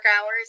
hours